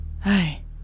Hey